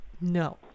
No